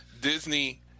Disney